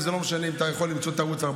לא עשו לנו עוקץ של 3